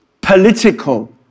political